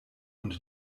und